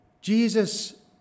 Jesus